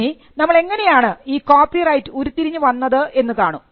ഇനി നമ്മൾ എങ്ങനെയാണ് ഈ കോപ്പിറൈറ്റ് ഉരുത്തിരിഞ്ഞുവന്നത് എന്ന് കാണും